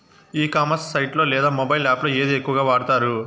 ఈ commerce site లో లేదా మొబైల్ యాప్ లో ఏది ఎక్కువగా వాడుతారు?